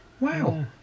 Wow